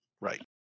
Right